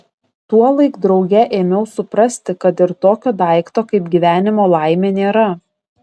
tuolaik drauge ėmiau suprasti kad ir tokio daikto kaip gyvenimo laimė nėra